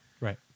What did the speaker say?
Right